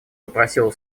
попросил